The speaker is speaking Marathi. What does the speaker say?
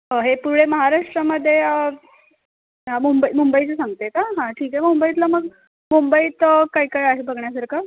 हे तुळे महाराष्ट्रामध्ये मुंबई मुंबईचं सांगते का हां ठीक आहे मुंबईतलं मग मुंबईत काय काय आहे बघण्यासारखं